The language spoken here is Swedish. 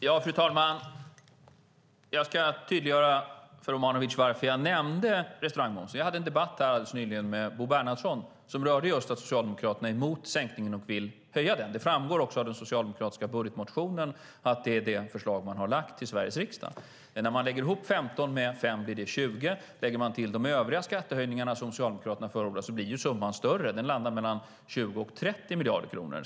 Fru talman! Jag ska tydliggöra för Omanovic varför jag nämnde restaurangmomsen. Jag hade en debatt alldeles nyligen med Bo Bernhardsson som rörde just att Socialdemokraterna är emot sänkningen och vill höja den. Det framgår också av den socialdemokratiska budgetmotionen att det är det förslag man har lagt fram för Sveriges riksdag. När man lägger ihop 15 med 5 blir det 20. Lägger man till de övriga skattehöjningar som Socialdemokraterna förordar blir summan större. Den landar på mellan 20 och 30 miljarder kronor.